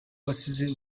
wasize